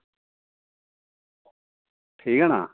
ठीक है ना